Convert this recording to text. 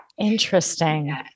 Interesting